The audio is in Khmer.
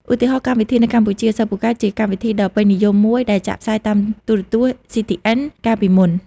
ឧទាហរណ៍កម្មវិធីនៅកម្ពុជាសិស្សពូកែជាកម្មវិធីដ៏ពេញនិយមមួយដែលចាក់ផ្សាយតាមទូរទស្សន៍ CTN កាលពីមុន។